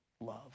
love